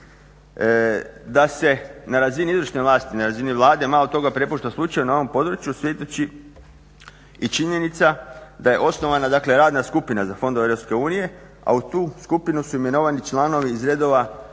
Da se na razini izvršne vlasti, na razini vlade malo toga prepušta slučaju na ovom području svjedoči i činjenica da je osnovana radna skupina za fondove EU a u tu skupinu su imenovani članovi iz redova